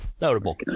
notable